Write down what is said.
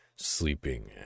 Sleeping